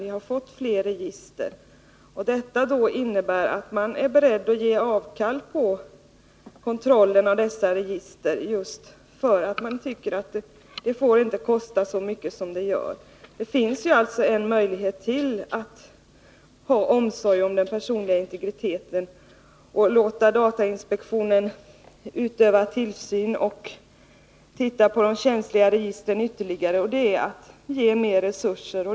Vi har fått fler register. Det innebär att man är beredd att ge avkall på kontrollen av dessa register, just därför att man tycker att den inte får kosta så mycket som den gör. Det finns alltså ännu en möjlighet när det gäller att visa omsorg om den personliga integriteten och låta datainspektionen utöva tillsyn och ytterligare titta på de känsliga registren, och den möjligheten är att ge mer resurser.